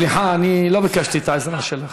סליחה, אני לא ביקשתי את העזרה שלך.